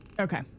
Okay